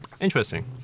interesting